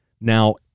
Now